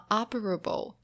operable